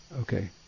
Okay